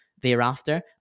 thereafter